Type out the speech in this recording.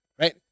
Right